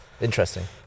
Interesting